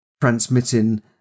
transmitting